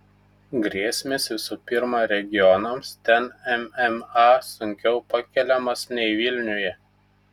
grėsmės visų pirma regionams ten mma sunkiau pakeliamas nei vilniuje